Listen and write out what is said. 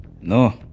No